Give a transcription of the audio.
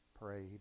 prayed